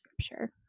scripture